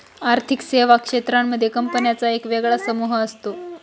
आर्थिक सेवा क्षेत्रांमध्ये कंपन्यांचा एक वेगळा समूह असतो